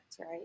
right